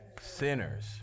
Sinners